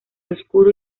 oscuro